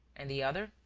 and the other?